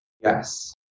Yes